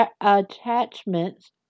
attachments